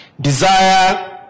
Desire